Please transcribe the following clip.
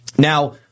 Now